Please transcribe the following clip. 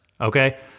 okay